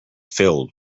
filled